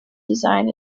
design